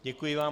Děkuji vám.